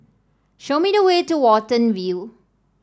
show me the way to Watten View